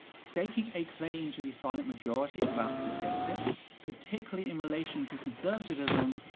staking a claim to the silent majority without statistics, particularly in relation to conservatism,